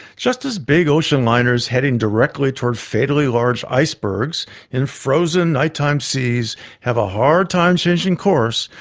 just as big ocean liners heading directly toward fatally large icebergs in frozen, nighttime seas have a hard time changing course,